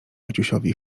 maciusiowi